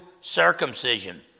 circumcision